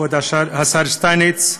כבוד השר שטייניץ,